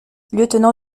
lieutenant